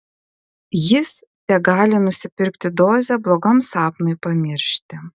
jis tegali nusipirkti dozę blogam sapnui pamiršti